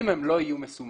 אם הם לא יהיו מסומנים